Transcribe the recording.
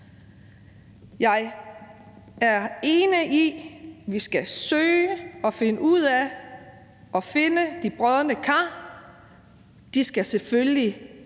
Jeg er enig i, at vi skal søge at finde ud af at finde de brodne kar. Man skal selvfølgelig